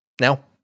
Now